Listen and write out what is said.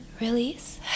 release